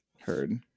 Heard